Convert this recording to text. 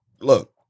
look